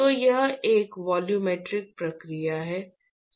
तो यह एक वॉल्यूमेट्रिक प्रक्रिया है